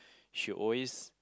she always